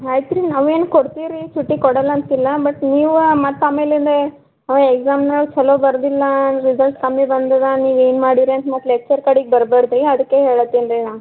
ಆಯ್ತು ರೀ ನಾವು ಏನು ಕೊಡ್ತೀವಿ ರೀ ಛುಟ್ಟಿ ಕೊಡೋಲ್ಲ ಅಂತಿಲ್ಲ ಬಟ್ ನೀವು ಮತ್ತೆ ಆಮೇಲಿಂದ ಅವ ಎಕ್ಸಾಮನ್ನ ಛಲೋ ಬರೆದಿಲ್ಲ ರಿಸಲ್ಟ್ ಕಮ್ಮಿ ಬಂದದ ನೀವು ಏನು ಮಾಡಿರೆ ಅಂತ ಮತ್ತೆ ಲೆಚ್ಚರ್ ಕಡೆಗ್ ಬರ್ಬಾರ್ದು ರೀ ಅದಕ್ಕೆ ಹೇಳ ಹತ್ತೀನ್ ರೀ ನಾನು